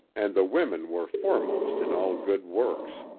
and the women were foremost in all good works.